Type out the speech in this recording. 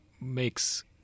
makes